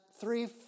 three